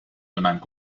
donant